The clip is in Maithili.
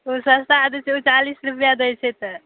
ओ सस्ता है तऽ ओ चालीस रुपआ दै छै तऽ